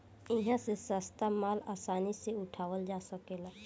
इहा से सस्ता माल आसानी से उठावल जा सकेला